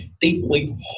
deeply